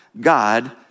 God